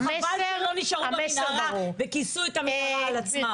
חבל שלא נשארו במנהרה וכיסו את המנהרה על עצמם.